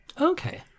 okay